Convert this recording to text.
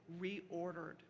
reordered